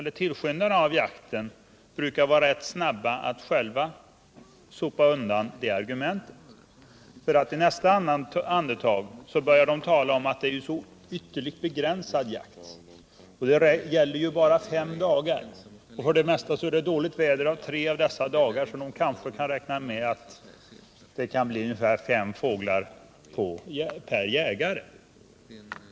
Men tillskyndarna av jakten brukar vara rätt snabba att själva sopa undan det argumentet — för i nästa andetag börjar de säga: Det är en ytterligt begränsad jakt, det gäller bara fem dagar — och för det mesta är det dåligt väder tre av dessa fem dagar — och man kanske kan räkna med fem fåglar per jägare.